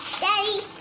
Daddy